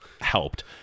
helped